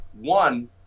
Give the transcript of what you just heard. One